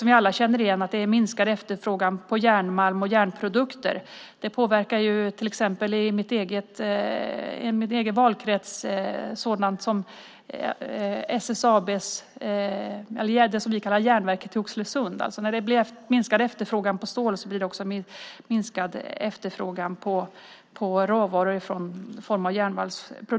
Vi alla känner till att det är minskad efterfrågan på järnmalm och järnprodukter. Det påverkar till exempel i min egen valkrets järnverket i Oxelösund. När det blir minskad efterfrågan på stål blir det också minskad efterfrågan på råvara i form av järnmalm.